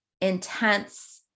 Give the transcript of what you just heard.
intense